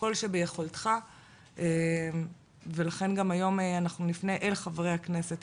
כל שביכולתך ולכן גם היום אנחנו נפנה אל חברי הכנסת,